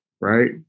right